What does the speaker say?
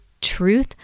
truth